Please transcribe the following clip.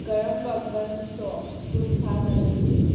ꯀꯔꯝꯕ ꯒꯟ ꯁꯣꯞ ꯇꯨꯜꯁꯥꯗ ꯂꯩ